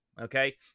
Okay